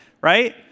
right